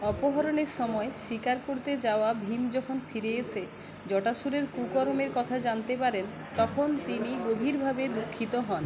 অপহরণের সময় শিকার করতে যাওয়া ভীম যখন ফিরে এসে জটাসুরের কুকর্মের কথা জানতে পারেন তখন তিনি গভীরভাবে দুঃখিত হন